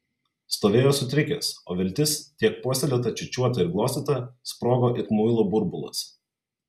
stovėjo sutrikęs o viltis tiek puoselėta čiūčiuota ir glostyta sprogo it muilo burbulas